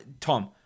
Tom